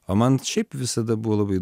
o man šiaip visada buvo labai